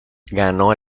ganó